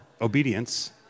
obedience